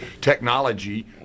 technology